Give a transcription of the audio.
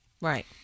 Right